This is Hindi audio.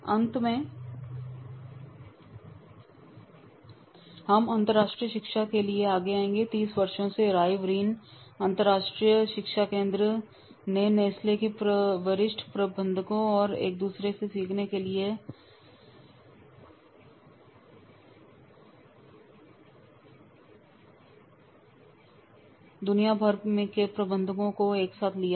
अंत में हम अंतर्राष्ट्रीय शिक्षा के लिए आएंगे तीस वर्षों से Rive Reine अंतरराष्ट्रीय शिक्षा केंद्र ने नेस्ले के वरिष्ठ प्रबंधकों और एक दूसरे से सीखने के लिए दुनिया भर के प्रबंधकों को एक साथ लिया है